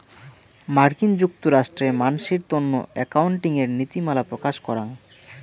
মার্কিন যুক্তরাষ্ট্রে মানসির তন্ন একাউন্টিঙের নীতিমালা প্রকাশ করাং